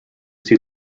see